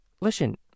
Listen